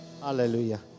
Hallelujah